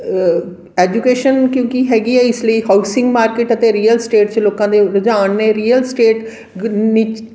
education ਕਿਉਂਕਿ ਹੈਗੀ ਆ ਇਸ ਲਈ ਹਾਊਸਿੰਗ ਮਾਰਕੀਟ ਅਤੇ ਰੀਅਲ ਸਟੇਟ 'ਚ ਲੋਕਾਂ ਦੇ ਰੁਝਾਨ ਨੇ ਰੀਅਲ ਸਟੇਟ